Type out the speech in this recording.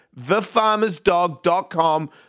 thefarmersdog.com